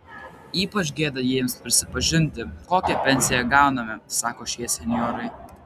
ypač gėda jiems prisipažinti kokią pensiją gauname sako šie senjorai